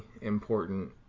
important